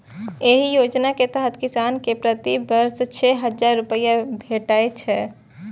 एहि योजना के तहत किसान कें प्रति वर्ष छह हजार रुपैया भेटै छै